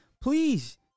please